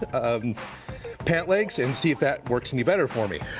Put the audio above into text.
and pant legs and see if that works any better for me.